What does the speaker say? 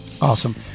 Awesome